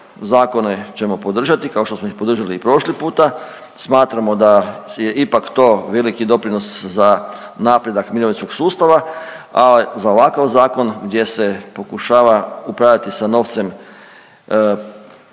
zakone ćemo podržati, kao što smo ih podržali i prošli puta. Smatramo da je ipak to veliki doprinos za napredak mirovinskog sustava, a za ovakav zakon gdje se pokušava upravljati sa novcem